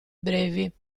brevi